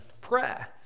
prayer